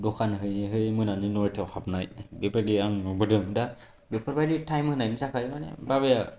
दखान होयै होयै मोनानि नयतायाव हाबनाय बेफोरबायदि आं नुबोदों दा बेफोरबायदि टाइम होनायनि थाखाय माने बाबाया